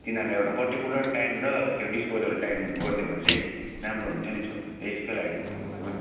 तिनीहरूलाई एउटा particular time र त्यो डिस्पोजल टाइम गरिदियो भने चाहिँ राम्रो हुन्थ्यो नि सर त्यसको लागि नै फोन गरेको नि